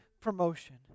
promotion